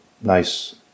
nice